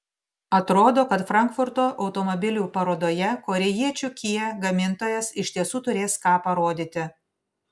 atrodo kad frankfurto automobilių parodoje korėjiečių kia gamintojas iš tiesų turės ką parodyti